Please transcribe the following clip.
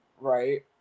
right